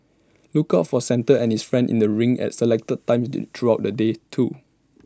look out for Santa and his friends in the rink at selected times in throughout the day too